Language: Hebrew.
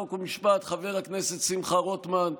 חוק ומשפט חבר הכנסת שמחה רוטמן,